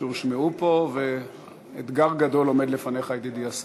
שהושמעו פה, ואתגר גדול עומד לפניך, ידידי השר,